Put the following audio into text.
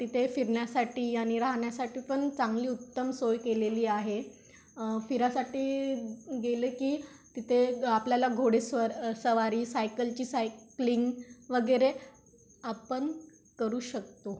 तिथे फिरण्यासाठी आणि राहण्यासाठी पण चांगली उत्तम सोय केलेली आहे फिरायसाठी गेलं की तिथे आपल्याला घोडेस्वार सवारी सायकलची सायक्लिंग वगैरे आपण करू शकतो